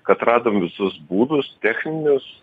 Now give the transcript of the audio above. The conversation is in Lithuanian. kad radom visus būdus techninius